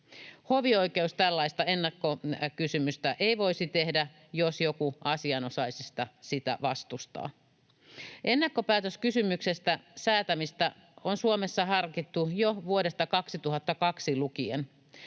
Hovioikeus tällaista ennakkokysymystä ei voisi tehdä, jos joku asianosaisista sitä vastustaa. Ennakkopäätöskysymyksestä säätämistä on Suomessa harkittu jo vuodesta 2002 lukien.